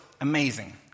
amazing